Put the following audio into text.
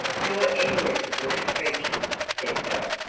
nor any of the bush creatures, said dot.